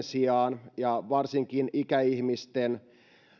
sijaan ja varsinkin ikäihmisten